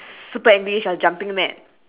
super angry is a jumping mad